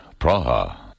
Praha